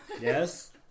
Yes